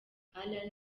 alain